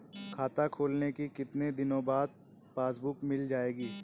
खाता खोलने के कितनी दिनो बाद पासबुक मिल जाएगी?